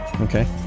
Okay